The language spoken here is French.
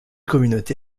communauté